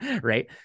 right